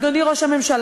אדוני ראש הממשלה,